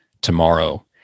tomorrow